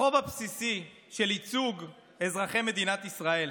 החוב הבסיסי של ייצוג אזרחי מדינת ישראל.